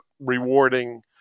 rewarding